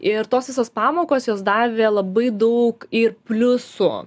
ir tos visos pamokos jos davė labai daug ir pliusų